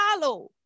follow